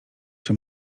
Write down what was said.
czy